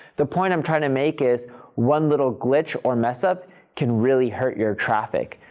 the point i'm trying to make is one little glitch or mess up can really hurt your traffic.